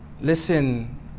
listen